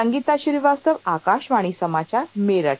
संगीता श्रीवास्तव आकाशवाणी समाचार मेरठ